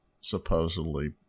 supposedly